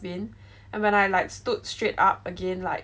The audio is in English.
and when I like stood straight up again like